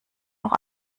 noch